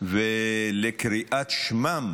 ולקריאת שמם